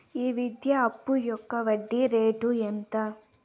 ఈ విద్యా అప్పు యొక్క వడ్డీ రేటు ఎంత?